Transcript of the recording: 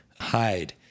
hide